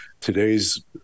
today's